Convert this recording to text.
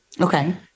Okay